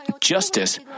justice